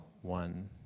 one